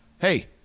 hey